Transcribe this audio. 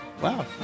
Wow